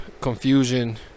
confusion